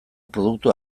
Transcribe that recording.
produktu